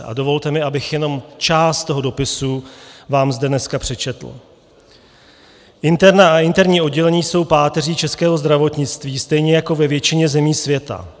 A dovolte mi, abych jenom část toho dopisu vám zde dneska přečetl: Interna a interní oddělení jsou páteří českého zdravotnictví stejně jako ve většině zemí světa.